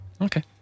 Okay